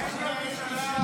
יעקב, יש לממשלה 11 שרים.